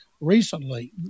recently